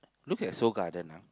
look at Seoul-Garden ah